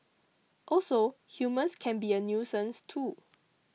also humans can be a nuisance too